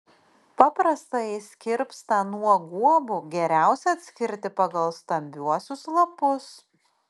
paprastąjį skirpstą nuo guobų geriausia atskirti pagal stambiuosius lapus